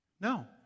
No